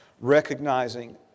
Recognizing